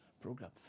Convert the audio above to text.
program